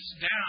down